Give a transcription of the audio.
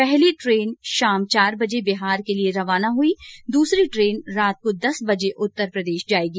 पहली ट्रेन शाम चार बजे बिहार के लिये रवाना हुई दूसरी ट्रेन रात को दस बजे उत्तरप्रदेश जायेगी